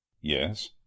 Yes